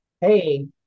hey